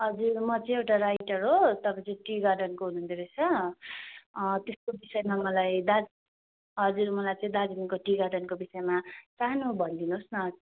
हजुर म चाहिँ एउटा राइटर हो तपाईँ चाहिँ टी गार्डनको हुनु हुँदो रहेछ त्यसको विषयमा मलाई दार्जिलिङ हजुर मलाई चाहिँ दार्जिलिङको टी गार्डनको विषयमा सानो भनिदिनु होस् न